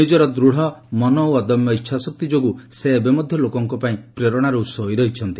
ନିଜର ଦୂଢ଼ ମନ ଓ ଅଦମ୍ୟ ଇଚ୍ଛାଶକ୍ତି ଯୋଗୁଁ ସେ ଏବେ ମଧ୍ୟ ଲୋକଙ୍କ ପାଇଁ ପ୍ରେରଣାର ଉସ ହୋଇ ରହିଛନ୍ତି